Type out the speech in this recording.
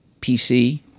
PC